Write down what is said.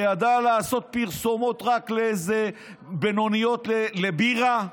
שידע לעשות פרסומות בינוניות לאיזו בירה?